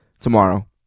tomorrow